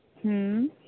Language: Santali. ᱦᱩᱸ